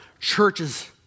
churches